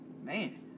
Man